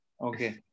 Okay